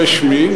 זה שמי,